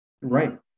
Right